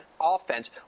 offense